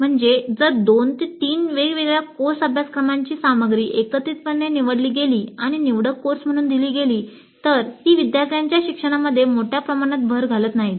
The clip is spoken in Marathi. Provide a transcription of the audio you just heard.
म्हणजे जर 2 3 वेगवेगळ्या कोर्स अभ्यासक्रमांची सामग्री एकत्रितपणे निवडली गेली आणि निवडक कोर्स म्हणून दिली गेली तर ती विद्यार्थ्यांच्या शिक्षणामध्ये मोठ्या प्रमाणात भर घालत नाहीत